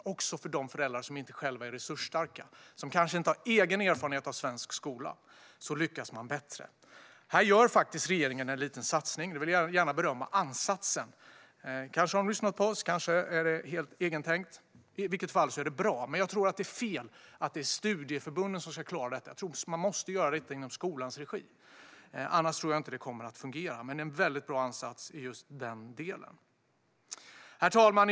Det gäller också för de föräldrar som inte själva är resursstarka och som kanske inte har egna erfarenheter av svensk skola. Regeringen gör faktiskt en liten satsning där. Jag vill gärna berömma ansatsen. Kanske har de lyssnat på oss; kanske är det helt eget tänk. I vilket fall är det bra. Men jag tror att det är fel att det är studieförbunden som ska klara detta. Man måste göra det i skolans regi. Annars tror jag inte att det kommer att fungera. Men det är en väldigt bra ansats. Herr talman!